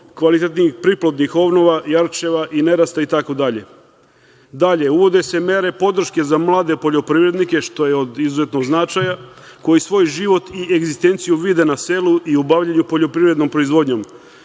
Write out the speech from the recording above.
kvalitetnih priplodnih ovnova, jarčeva, nerasta, itd. Dalje, uvode se mere podrške za mlade poljoprivrednike, što je od izuzetnog značaja, koji svoj život i egzistenciju vide na selu i u bavljenju poljoprivrednom proizvodnjom,